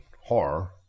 horror